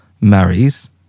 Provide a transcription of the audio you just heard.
marries